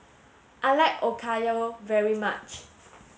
I like Okayu very much